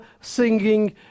singing